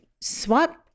Swap